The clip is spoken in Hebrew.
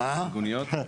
מיגוניות?